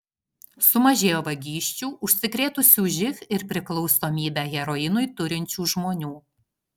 sumažėjo vagysčių užsikrėtusių živ ir priklausomybę heroinui turinčių žmonių